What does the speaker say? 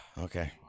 Okay